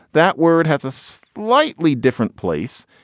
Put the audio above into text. that word has a slightly different place.